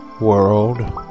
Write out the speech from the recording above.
world